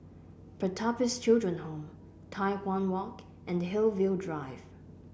Pertapis Children Home Tai Hwan Walk and Hillview Drive